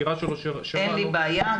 אין לי שום בעיה.